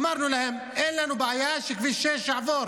אמרנו להם: אין לנו בעיה שכביש 6 יעבור,